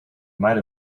might